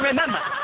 Remember